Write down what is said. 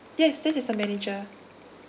yes this is the manager